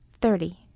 Thirty